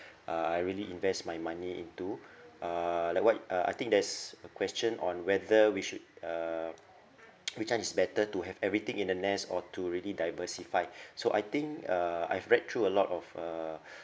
uh I really invest my money into uh like what uh I think there's a question on whether we should uh which one is better to have everything in a nest or to really diversify so I think uh I've read through a lot of uh